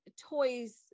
toys